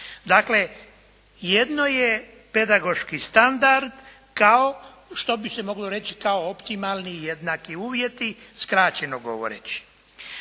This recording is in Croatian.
Dakle, jedno je pedagoški standard kao što bi se moglo reći kao optimalni jednaki uvjeti, skraćeno govoreći.